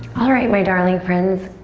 alright my darling friends,